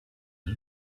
who